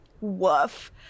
Woof